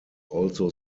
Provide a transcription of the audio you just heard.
also